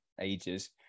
ages